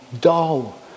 dull